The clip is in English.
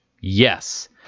Yes